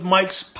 Mike's